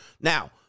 Now